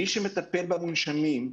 מי שמטפל במונשמים,